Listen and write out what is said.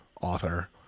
author